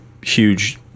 huge